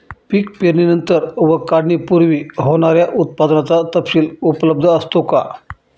पीक पेरणीनंतर व काढणीपूर्वी होणाऱ्या उत्पादनाचा तपशील उपलब्ध असतो का?